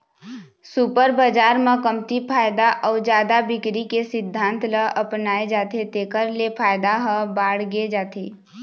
super बजार म कमती फायदा अउ जादा बिक्री के सिद्धांत ल अपनाए जाथे तेखर ले फायदा ह बाड़गे जाथे